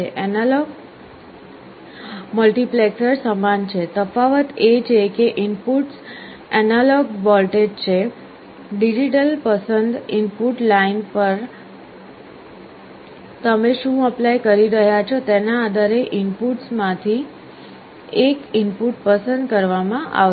analogue multiplexer સમાન છે તફાવત એ છે કે ઇનપુટ્સ એનાલોગ વોલ્ટેજ છે ડિજિટલ પસંદ ઇનપુટ લાઈન પર તમે શું એપ્લાય કરી રહ્યા છો તેના આધારે ઇનપુટમાંથી એક ઇનપુટ પસંદ કરવામાં આવશે